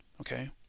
okay